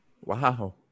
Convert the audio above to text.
Wow